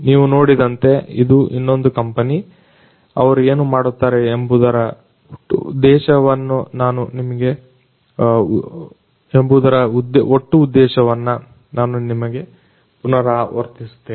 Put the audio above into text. ನೀವು ನೋಡಿದಂತೆ ಇದು ಇನ್ನೊಂದು ಕಂಪನಿ ಅವರು ಏನು ಮಾಡುತ್ತಾರೆ ಎಂಬುದರ ಹುಟ್ಟು ದೇಶವನ್ನು ನಾನು ನಿಮಗೆ ಪುನರಾವರ್ತಿಸುತ್ತೇನೆ